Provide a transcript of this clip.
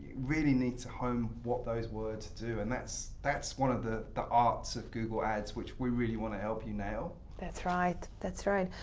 really needs to hone what those words do. and that's that's one of the the arts of google ads, which we really want to help you nail. alex that's right. that's right.